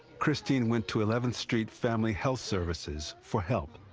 christine went to eleventh street family health services for help.